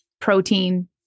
protein